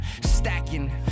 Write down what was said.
stacking